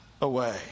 away